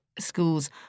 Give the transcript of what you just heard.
schools